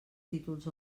títols